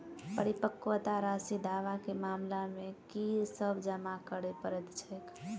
परिपक्वता राशि दावा केँ मामला मे की सब जमा करै पड़तै छैक?